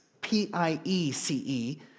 P-I-E-C-E